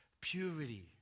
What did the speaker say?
purity